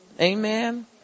Amen